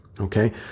Okay